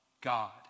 God